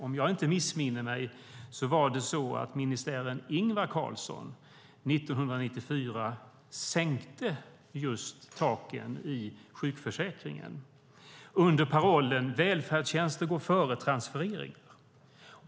Om jag inte missminner mig var det så att ministären Ingvar Carlsson 1994 sänkte taken i sjukförsäkringen under parollen "Välfärdstjänster går före transfereringar".